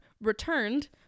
returned